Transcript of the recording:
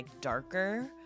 darker